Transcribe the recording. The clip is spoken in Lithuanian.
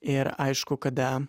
ir aišku kada